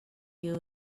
you